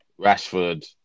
Rashford